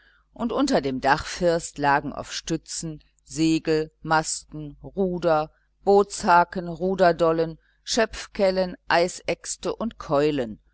und unter dem dachfirst lagen auf stützen segel masten ruder bootshaken ruderdollen schöpfkellen eisäxte und keulen